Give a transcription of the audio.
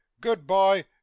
Good-bye